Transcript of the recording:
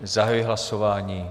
Zahajuji hlasování.